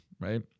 right